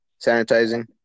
sanitizing